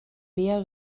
mehr